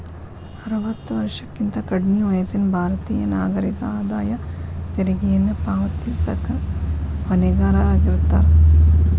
ಅರವತ್ತ ವರ್ಷಕ್ಕಿಂತ ಕಡ್ಮಿ ವಯಸ್ಸಿನ ಭಾರತೇಯ ನಾಗರಿಕರ ಆದಾಯ ತೆರಿಗೆಯನ್ನ ಪಾವತಿಸಕ ಹೊಣೆಗಾರರಾಗಿರ್ತಾರ